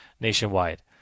nationwide